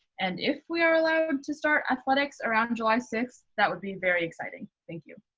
and if we are allowed to start athletics around july sixth, that would be very exciting. thank you.